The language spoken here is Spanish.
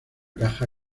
caja